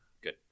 good